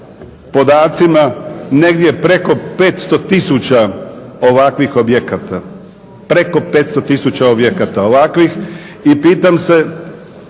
podacima negdje preko 500 tisuća ovakvih objekata, preko 500 tisuća objekata ovakvih. I pitam se